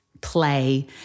play